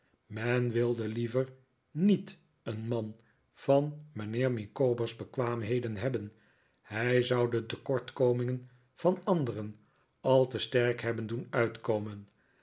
men wilde liever niet een man van mijnheer micawber's bekwaamheden hebben hij zou de tekortkomingen van de anderen al te sterk hebben doen uitkomen